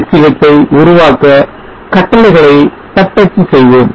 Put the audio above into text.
sch ஐ உருவாக்க கட்டளைகளை தட்டச்சு செய்வோம்